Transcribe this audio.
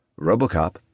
Robocop